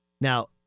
Now